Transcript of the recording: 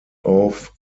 auf